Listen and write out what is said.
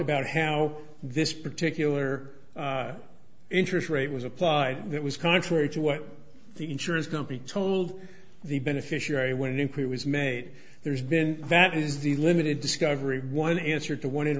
about how this particular interest rate was applied it was contrary to what the insurance company told the beneficiary when nuclear was made there's been that is the limited discovery one answer to one in